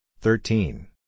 thirteen